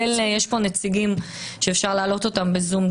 ויש נציגה שאפשר להעלות אותה בזום,